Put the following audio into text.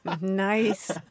Nice